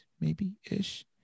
maybe-ish